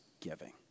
giving